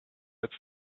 its